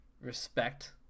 respect